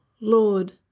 Lord